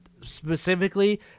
specifically